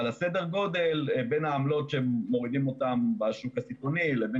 סדר גודל בין העמלות שהם מורידים אותן בשוק הסיטונאי לבין